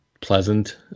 pleasant